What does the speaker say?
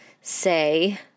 say